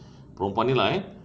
perempuan ni lah eh